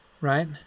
right